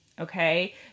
Okay